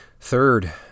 Third